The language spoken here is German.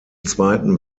zweiten